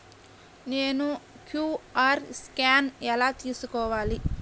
నేను QR scan ఎలా తీసుకోవాలి?